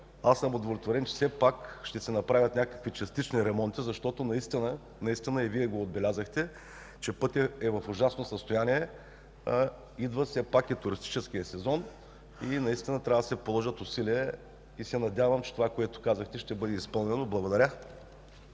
Албена. Удовлетворен съм, че все пак ще се направят някакви частични ремонти, защото наистина и Вие го отбелязахте, пътят е в ужасно състояние, а идва все пак и туристическият сезон и наистина трябва да се положат усилия и се надявам, че това, което казахте, ще бъде изпълнено. Благодаря.